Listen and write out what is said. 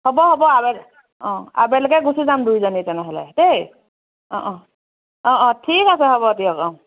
হ'ব হ'ব আবেলি অ আবেলিকৈ গুচি যাম দুয়োজনী তেনেহ'লে দেই অ অ অ অ ঠিক আছে হ'ব দিয়ক অ অ